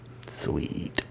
sweet